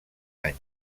anys